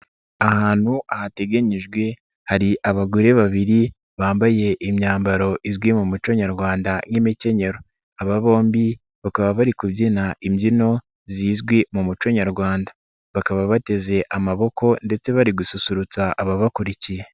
Ahantu hateganyijwe hari abagore babiri bambaye imyambaro izwi mu muco nyarwanda nk'imikenyero. Aba bombi bakaba bari kubyina imbyino zizwi mu muco nyarwanda bakaba bateze amaboko ndetse bari gususurutsa ababakurikiye.